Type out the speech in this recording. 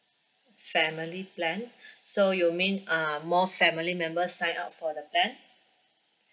family plan so you mean uh more family members sign up for the plan